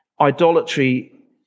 idolatry